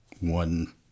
one